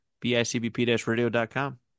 BICBP-radio.com